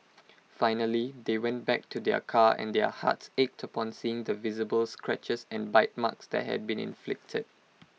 finally they went back to their car and their hearts ached upon seeing the visible scratches and bite marks that had been inflicted